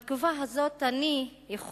בתקופה הזאת אנו,